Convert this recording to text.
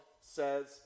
says